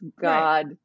God